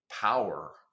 power